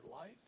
life